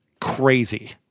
crazy